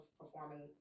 performing